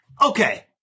okay